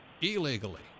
illegally